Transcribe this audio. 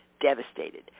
devastated